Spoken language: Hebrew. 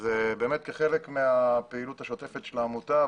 כחלק מהפעילות השוטפת של העמותה,